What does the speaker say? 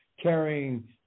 carrying